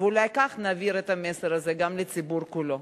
ואולי כך נעביר את המסר הזה גם לציבור כולו.